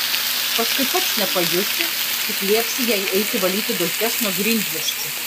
paskui pats nepajusi kaip liepsi jai eiti valyti dulkes nuo grindjuosčių